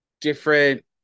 different